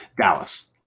Dallas